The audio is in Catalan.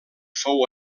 fou